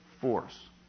force